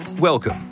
Welcome